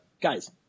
guys